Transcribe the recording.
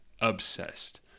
Obsessed